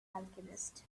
alchemist